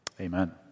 Amen